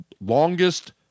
longest